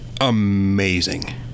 amazing